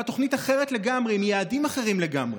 תוכנית אחרת לגמרי עם יעדים אחרים לגמרי.